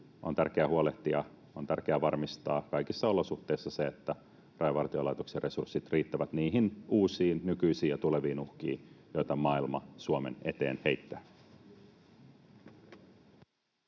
on tärkeää huolehtia. On tärkeää varmistaa kaikissa olosuhteissa se, että Rajavartiolaitoksen resurssit riittävät niihin uusiin, nykyisiin ja tuleviin uhkiin, joita maailma Suomen eteen heittää.